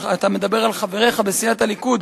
אתה מדבר על חבריך בסיעת הליכוד,